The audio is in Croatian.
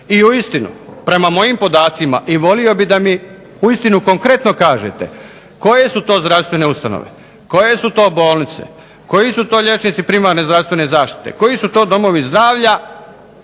I uistinu, prema mojim podacima i volio bih da mi uistinu konkretno kažete koje su to zdravstvene ustanove, koje su to bolnice, koji su to liječnici primarne zdravstvene zaštite, koji su to domovi zdravlja